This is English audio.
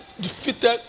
defeated